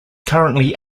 currently